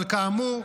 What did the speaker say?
אבל כאמור,